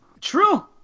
True